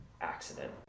accident